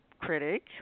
critic